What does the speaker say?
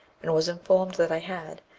and was informed that i had,